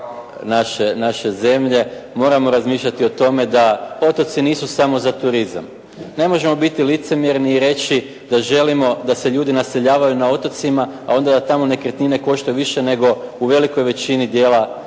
naše zemlje moramo razmišljati da otoci nisu samo za turizam, ne možemo biti licemjerni i reći da želimo da se ljudi naseljavaju na otocima a onda da tamo nekretnine koštaju više nego u velikoj većini djela